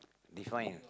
define